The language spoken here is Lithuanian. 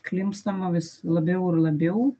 klimpstama vis labiau ir labiau